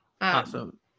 awesome